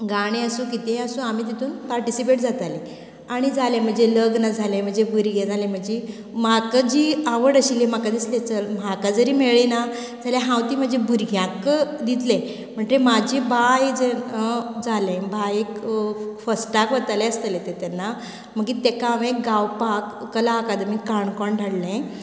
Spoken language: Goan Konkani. गाणे आसूं कितेंय आसूं आमी तेतूंत पार्टीसिपेट जातालीं आनी जालें म्हजें लग्न जालें म्हजे भुरगें जाले म्हजें म्हाका जी आवड आशिल्ली म्हाका दिसले चल म्हाका जरी मेळ्ळी ना जाल्यार हांव ती म्हजी भुरग्यांक दितले म्हणटगीर म्हाजें बाय जर जाले बायेक फस्टाक वताले आसतले ते तेन्ना मागीर तेका हांवे गांवपाक कला अकादमींत काणकोण धाडलें